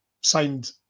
signed